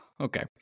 okay